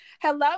Hello